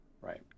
Right